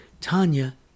Tanya